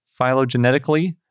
Phylogenetically